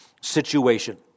situation